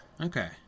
Okay